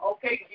Okay